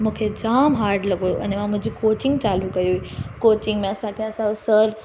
मूंखे जामु हाड लॻियो अने मां मुंहिंजी कोचिंग चालू कई कोचिंग असां त सर